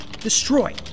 destroy